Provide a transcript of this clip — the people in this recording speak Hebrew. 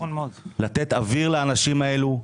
לתת אוויר לאנשים האלו,